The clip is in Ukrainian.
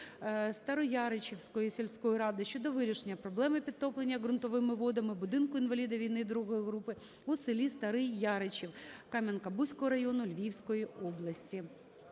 Старояричівської сільської ради щодо вирішення проблеми підтоплення ґрунтовими водами будинку інваліда війни ІІ групи у селі Старий Яричів Кам'янка-Бузького району Львівської області.